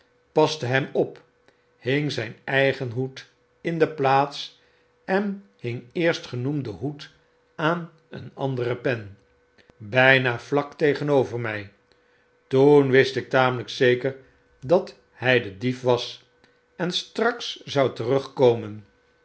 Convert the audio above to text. paste hem op hing zyn eigen hoed in de plaats en hing eerstgenoemden hoed aan een andere pen byna vlak tegenover my toen wist ik tamelijk zeker dat hy de dief was en straks zou terugkomen